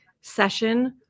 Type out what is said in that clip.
session